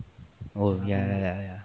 oh ya ya ya